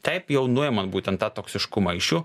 taip jau nuimant būtent tą toksiškumą iš jų